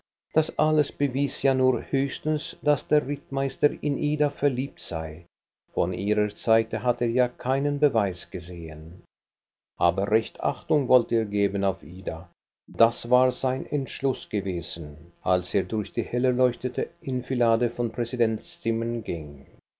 das alles bewies ja nur höchstens daß der rittmeister in ida verliebt sei von ihrer seite hatte er ja keinen beweis gesehen aber recht achtung wollte er geben auf ida das war sein entschluß gewesen als er durch die hellerleuchtete enfilade von präsidents zimmern ging